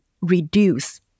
reduce